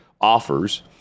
offers